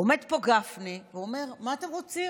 עומד פה גפני ואומר: מה אתם רוצים?